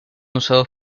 usados